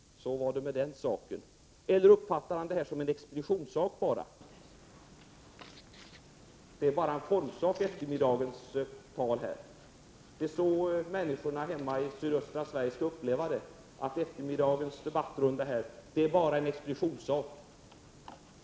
Så var det med den saken. Men han kanske uppfattar denna debatt bara som en expeditionssak? Eftermiddagens debatt kanske bara är en formfråga. Är det så människorna hemma i sydöstra Sverige skall uppleva detta, att eftermiddagens debattrunda är bara en expeditionssak?